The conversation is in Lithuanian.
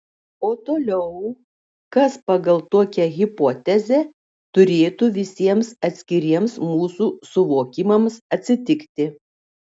o toliau kas pagal tokią hipotezę turėtų visiems atskiriems mūsų suvokimams atsitikti